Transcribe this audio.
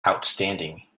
outstanding